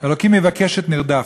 "אלוקים יבקש את נרדף".